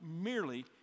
merely